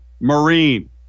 Marine